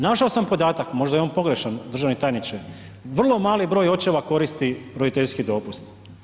Našao sam podatak, možda je on pogrešan državni tajniče, vrlo mali broj očeva koristi roditeljski dopust.